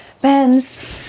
Benz